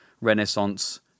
Renaissance